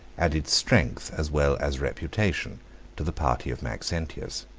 added strength as well as reputation to the party of maxentius.